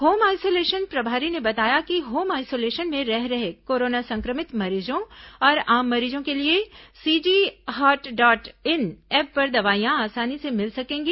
home isolation प्रभारी ने बताया कि होम आइसोलेशन में रह रहे कोरोना संक्रमित मरीजों और आम मरीजों के लिए CG Haat dot in app पर दवाइयां आसानी से मिल सकेंगी